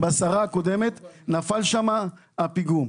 בסערה הקודמת נפל שם הפיגום.